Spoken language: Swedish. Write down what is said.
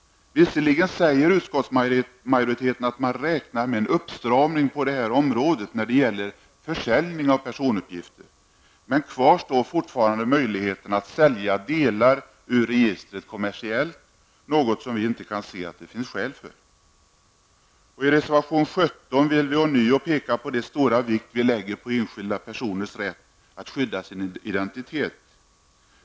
Visserligen säger utskottsmajoriteten att man kan räkna med en uppstramning när det gäller försäljning av personuppgifter, men kvar står fortfarande möjligheten att sälja delar ur registret kommersiellt, något som vi inte kan se att det finns skäl för. I reservation 17 vill vi ånyo peka på den mycket stora vikt vi lägger vid enskilda personers rätt att skydda sin identitet.